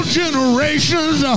generations